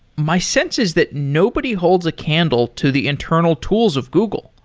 my sense is that nobody holds a candle to the internal tools of google.